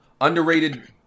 Underrated